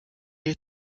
hier